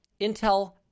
Intel